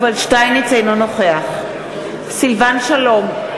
אינו נוכח סילבן שלום,